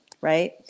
right